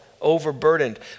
overburdened